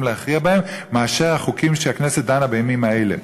להכריע בהם מאשר החוקים שהכנסת דנה בימים אלה.